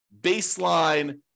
baseline